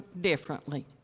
differently